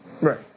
Right